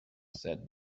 said